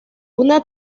una